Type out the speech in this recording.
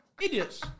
Idiots